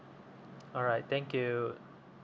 alright thank you